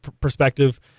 perspective